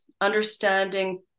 understanding